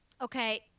Okay